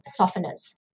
softeners